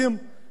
אבל עוד פעם,